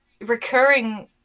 recurring